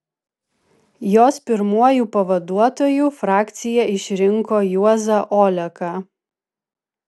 jos pirmuoju pavaduotoju frakcija išrinko juozą oleką